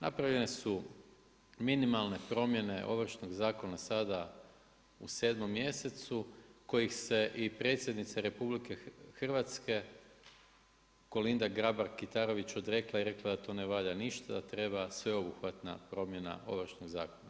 Napravljene su minimalne promjene Ovršnog zakon sada u 7. mjesecu kojih se i Predsjednica RH, Kolinda Grabar Kitarović odrekla i rekla da to ne valjda ništa, da treba sveobuhvatna promjena Ovršnog zakona.